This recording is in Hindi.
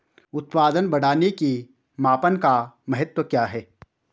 उत्पादन बढ़ाने के मापन का महत्व क्या है?